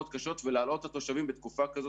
קשות ולהלאות את התושבים בתקופה כזאת.